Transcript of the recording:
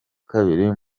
kabiri